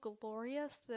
glorious